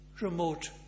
remote